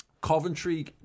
coventry